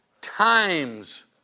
times